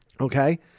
okay